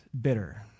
bitter